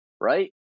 right